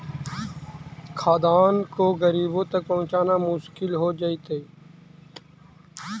खाद्यान्न को गरीबों तक पहुंचाना मुश्किल हो जइतइ